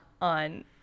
on